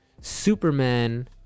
superman